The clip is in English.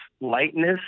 lightness